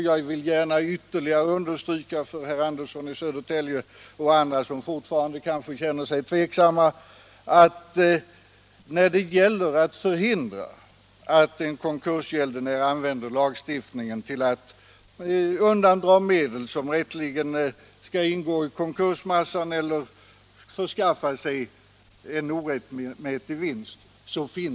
Jag vill gärna ytterligare understryka för herr Andersson i Södertälje och andra som fortfarande kanske känner sig tveksamma att det inte finns någon motsättning mellan oss när det gäller att förhindra att en konkursgäldenär använder lagstiftningen till att undandra medel som rätteligen skall ingå i konkursen eller till att få en orättmätig vinst.